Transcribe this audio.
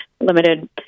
limited